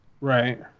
Right